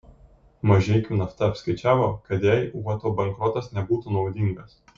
mažeikių nafta apskaičiavo kad jai uoto bankrotas nebūtų naudingas